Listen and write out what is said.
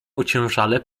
ociężale